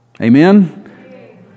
Amen